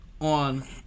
on